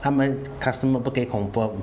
他们 customer 不可以 confirm